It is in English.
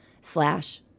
slash